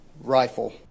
rifle